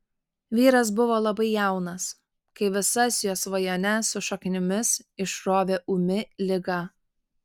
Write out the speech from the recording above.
vyras buvo labai jaunas kai visas jo svajones su šaknimis išrovė ūmi liga